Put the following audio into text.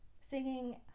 Singing